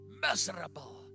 miserable